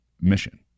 mission